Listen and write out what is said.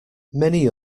many